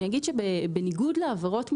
אני אומר שבניגוד לעבירות מינהליות,